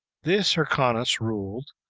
this hyrcanus ruled,